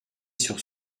sur